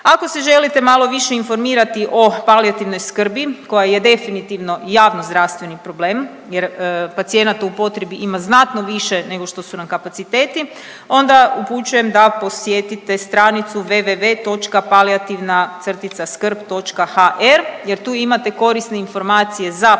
Ako se želite malo više informirati o palijativnoj skrbi koja je definitivno javnozdravstveni problem jer pacijenata u potrebi ima znatno više nego što su nam kapaciteti onda upućujem da posjetite stranicu www.palijativna-skrbi.hr jer tu imate korisne informacije za pacijente,